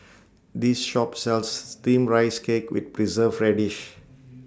This Shop sells Steamed Rice Cake with Preserved Radish